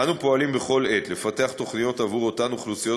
אנו פועלים בכל עת לפתח תוכניות עבור אותן אוכלוסיות